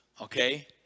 okay